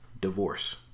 divorce